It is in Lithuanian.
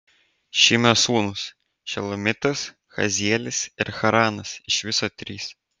šimio sūnūs šelomitas hazielis ir haranas iš viso trys